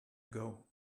ago